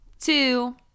two